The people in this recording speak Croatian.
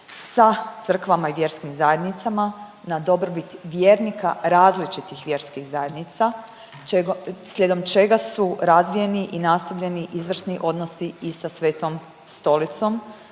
sa crkvama i vjerskim zajednicama na dobrobit vjernika različitih vjerskih zajednica, slijedom čega su razvijeni i nastavljeni izvrsni odnosi i sa Svetom stolicom